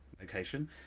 location